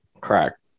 Correct